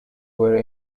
were